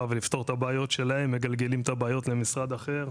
ולפתור את הבעיות שלהם מגלגלים את הבעיות למשרד אחר,